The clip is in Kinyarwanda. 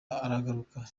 aragaruka